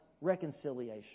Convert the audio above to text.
reconciliation